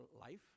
life